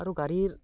আৰু গাড়ীৰ